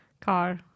car